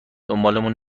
دنبالمون